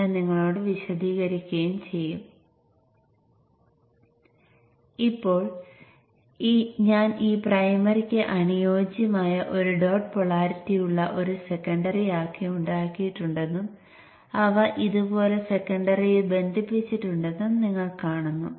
Vin Vin 2 Vin 2 അത് secondary വശത്തേക്ക് n മടങ്ങ് വർദ്ധിപ്പിക്കും